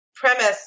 premise